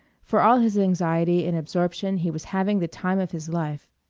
for all his anxiety and absorption he was having the time of his life.